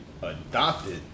adopted